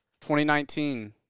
2019